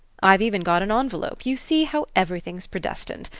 i've even got an envelope you see how everything's predestined!